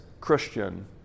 Christian